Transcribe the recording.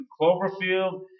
Cloverfield